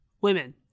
women